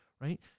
right